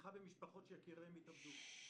ובתמיכה במשפחות שיקיריהן התאבדו.